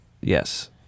Yes